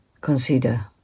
consider